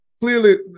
clearly